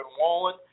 Wallen